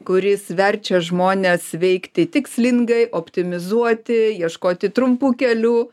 kuris verčia žmones veikti tikslingai optimizuoti ieškoti trumpų kelių